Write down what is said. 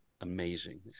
amazing